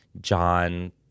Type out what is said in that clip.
John